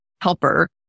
helper